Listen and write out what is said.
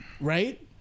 Right